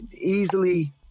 easily